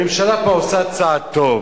הממשלה כבר עושה צעד טוב,